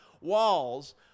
walls